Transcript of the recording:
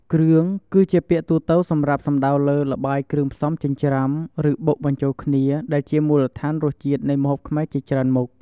គ្រឿង គឺជាពាក្យទូទៅសម្រាប់សំដៅលើ ល្បាយគ្រឿងផ្សំចិញ្ច្រាំ ឬបុកបញ្ចូលគ្នា ដែលជាមូលដ្ឋានរសជាតិនៃម្ហូបខ្មែរជាច្រើនមុខ។